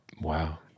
Wow